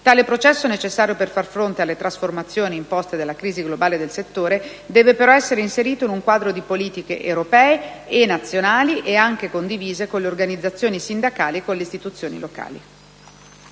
Tale processo, necessario per far fronte alle trasformazioni imposte dalla crisi globale del settore, deve però essere inserito in un quadro di politiche europee e nazionali condivise con le organizzazioni sindacali e con le istituzioni locali.